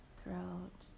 throat